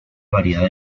variedad